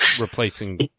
replacing